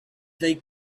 they